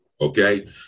Okay